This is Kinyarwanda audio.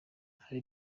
hari